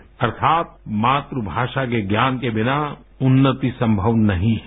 द्य अर्थात मात्रभाषा के ज्ञान के बिना उन्नति संभव नहीं है